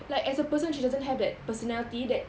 like as a person she doesn't have that personality that